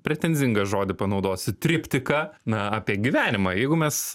pretenzingą žodį panaudosiu triptiką na apie gyvenimą jeigu mes